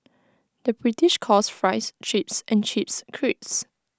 the British calls Fries Chips and Chips Crisps